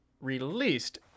released